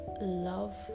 love